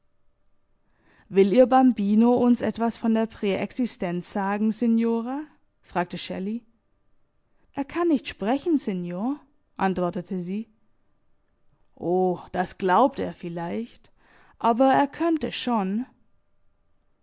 will ihr bambino uns etwas von der präexistenz sagen signora fragte shelley er kann nicht sprechen signor antwortete sie o das glaubt er vielleicht aber er könnte schon